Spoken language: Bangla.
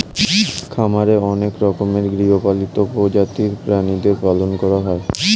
খামারে অনেক রকমের গৃহপালিত প্রজাতির প্রাণীদের পালন করা হয়